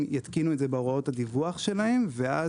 הם יתקינו את זה בהוראות הדיווח שלהם ואז